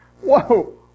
Whoa